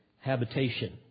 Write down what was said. habitation